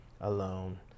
alone